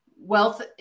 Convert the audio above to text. wealth